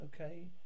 okay